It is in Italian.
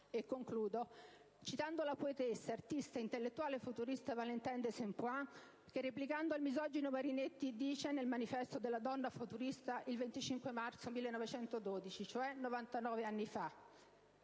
e concludo, citando la poetessa, artista e intellettuale futurista Valentine de Saint Point che, replicando al misogino Marinetti dice nel manifesto della Donna Futurista il 25 marzo 1912, cioè 99 anni fa: